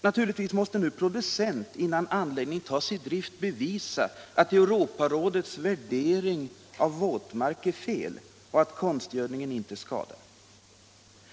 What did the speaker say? Naturligtvis måste nu producenten innan anläggningen tas i bruk bevisa att Europarådets värdering av våtmark är fel och att konstgödningen inte skadar!